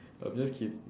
I'm just kid~